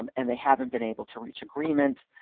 um and they haven't been able to reach agreement,